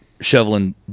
shoveling